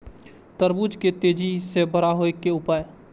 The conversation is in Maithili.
तरबूज के तेजी से बड़ा होय के उपाय?